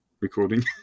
recording